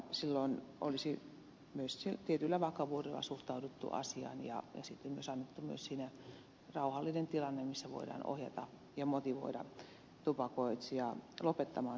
silloin olisi myös tietyllä vakavuudella suhtauduttu asiaan ja myös annettu siinä rauhallinen tilanne missä voidaan ohjata ja motivoida tupakoitsija lopettamaan tupakointi